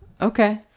Okay